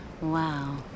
Wow